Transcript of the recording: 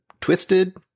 twisted